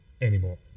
anymore